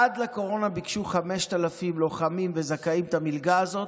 עד לקורונה ביקשו 5,000 לוחמים וזכאים את המלגה הזאת,